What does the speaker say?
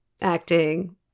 acting